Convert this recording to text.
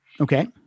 Okay